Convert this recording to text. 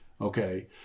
Okay